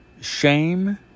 shame